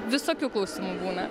visokių klausimų būna